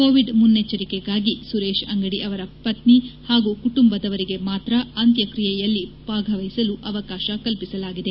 Covid ಮುನ್ನೆಚ್ಚರಿಕೆಗಾಗಿ ಸುರೇಶ್ ಅಂಗಡಿ ಅವರ ಪತ್ನಿ ಹಾಗೂ ಕುಟುಂಬದವರಿಗೆ ಮಾತ್ರ ಅಂತ್ಯಕ್ರಿಯೆಯಲ್ಲಿ ಭಾಗವಹಿಸಲು ಅವಕಾಶ ಕಲ್ಪಿಸಲಾಗಿದೆ